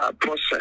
process